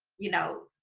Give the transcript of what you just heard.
you know,